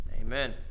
Amen